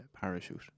parachute